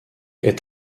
est